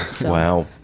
Wow